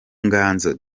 nganzo